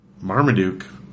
Marmaduke